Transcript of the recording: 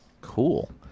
Cool